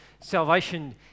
salvation